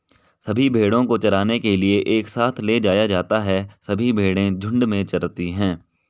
सभी भेड़ों को चराने के लिए एक साथ ले जाया जाता है सभी भेड़ें झुंड में चरती है